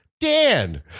Dan